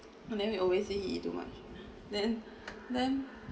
and then we always say he eat too much then then